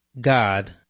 God